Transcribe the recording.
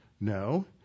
No